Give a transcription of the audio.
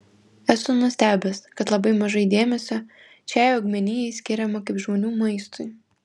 esu nustebęs kad labai mažai dėmesio šiai augmenijai skiriama kaip žmonių maistui